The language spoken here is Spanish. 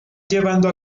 llevando